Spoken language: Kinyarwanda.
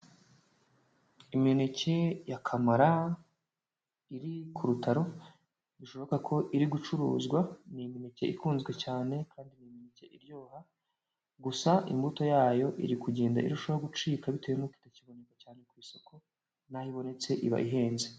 Imineke ya kamara iri ku rutaro, bishoboka ko iri gucuruzwa, ni imeke ikunzwe cyane kandi iryoha, gusa imbuto yayo iri kugenda irushaho gucika bitewe nuko itakiboneka cyane ku isoko, n'aho ibonetse iba ihenze.